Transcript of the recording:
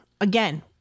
again